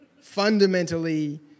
Fundamentally